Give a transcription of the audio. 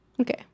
Okay